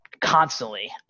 constantly